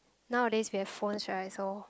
nowadays we have phones right so